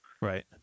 Right